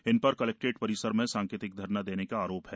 इन पर कलेक्ट्रेट परिसर में सांकेतिक धरना देने का आरोप है